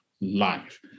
life